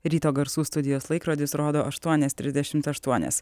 ryto garsų studijos laikrodis rodo aštuonias trisdešimt aštuonias